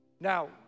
Now